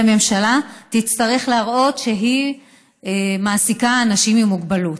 ממשלה תצטרך להראות שהיא מעסיקה אנשים עם מוגבלות.